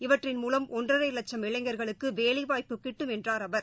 இவற்றின் மூலம் ஒன்றரைலட்சம் இளைஞர்களுக்குதேசியவேலையாப்பு கிட்டும் என்றார் அவர்